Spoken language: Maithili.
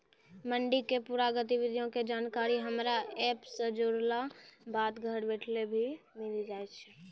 मंडी के पूरा गतिविधि के जानकारी हमरा एप सॅ जुड़ला बाद घर बैठले भी मिलि जाय छै